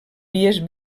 vies